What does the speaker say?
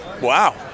wow